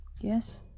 Yes